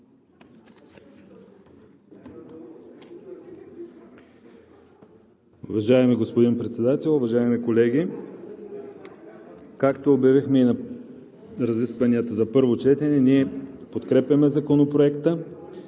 Уважаеми господин Председател, уважаеми колеги! Както обявихме на разискванията за първо четене, ние подкрепяме Законопроекта